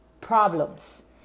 problems